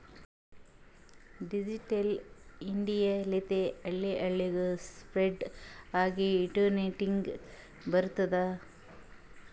digital India ಲಿಂತೆ ಹಳ್ಳಿ ಹಳ್ಳಿಗೂ ಸ್ಪೀಡ್ ಆಗಿ ಇಂಟರ್ನೆಟ್ ಬರ್ತುದ್